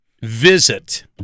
visit